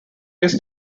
his